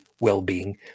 well-being